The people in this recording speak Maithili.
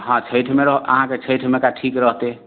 हँ छठिमे अहाँके छठिमे का ठीक रहतै